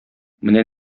менә